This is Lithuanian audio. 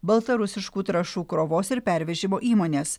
baltarusiškų trąšų krovos ir pervežimo įmones